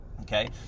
okay